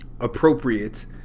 appropriate